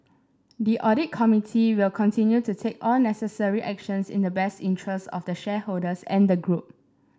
the audit committee will continue to take all necessary actions in the best interests of the shareholders and the group